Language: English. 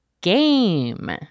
game